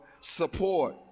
support